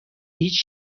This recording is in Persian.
هیچ